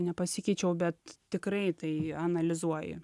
nepasikeičiau bet tikrai tai analizuoji